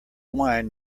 wine